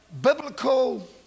biblical